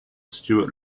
stuart